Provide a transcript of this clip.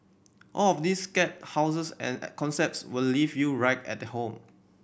all of these scare houses and concepts will leave you right at home